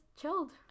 chilled